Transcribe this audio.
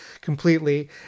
completely